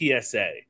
PSA